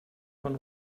von